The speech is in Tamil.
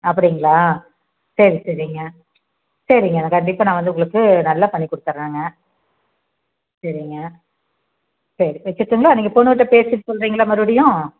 அப்படிங்களா சரி சரிங்க சரிங்க நான் கண்டிப்பாக நான் வந்து உங்களுக்கு நல்லா பண்ணி கொடுத்துட்றேங்க சரிங்க சரி வச்சுட்டுங்களா நீங்கள் பொண்ணுகிட்ட பேசிவிட்டு சொல்கிறீங்களா மறுபடியும்